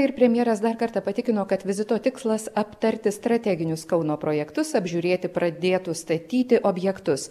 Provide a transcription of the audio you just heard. ir premjeras dar kartą patikino kad vizito tikslas aptarti strateginius kauno projektus apžiūrėti pradėtų statyti objektus